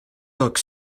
look